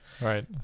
right